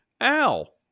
Al